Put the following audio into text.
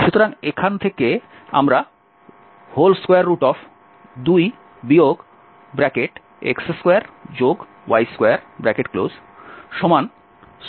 সুতরাং এখান থেকে আমরা 2 x2y22 r2 পাব